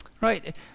Right